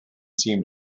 seem